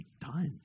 done